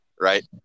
right